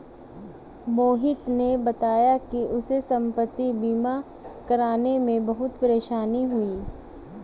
मोहित ने बताया कि उसे संपति बीमा करवाने में बहुत परेशानी हुई